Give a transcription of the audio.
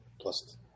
Plus